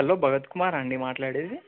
hello Bharat కుమారా అండి మాట్లాడేది